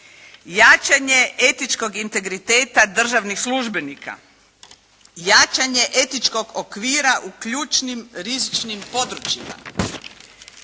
Jačanje etičkog integriteta državnih službenika, jačanje etičkog okvira u ključnim rizičnim područjima,